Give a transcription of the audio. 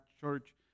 church